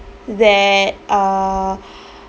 that uh